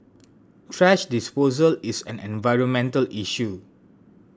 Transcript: thrash disposal is an environmental issue